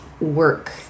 work